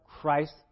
Christ